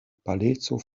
paleco